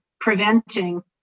preventing